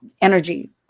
energy